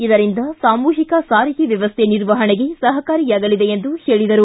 ಇದರಿಂದ ಸಾಮೂಹಿಕ ಸಾರಿಗೆ ವ್ಯವಸ್ಥೆ ನಿರ್ವಹಣೆಗೆ ಸಹಕಾರಿಯಾಗಲಿದೆ ಎಂದು ಹೇಳಿದರು